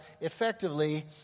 effectively